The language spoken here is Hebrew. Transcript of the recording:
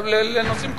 לנושאים קואליציוניים.